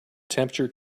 temperature